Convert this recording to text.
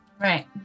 right